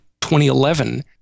2011